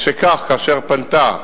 משכך, כאשר פנתה